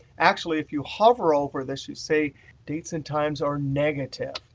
actually if you hover over this, you see dates and times or negative.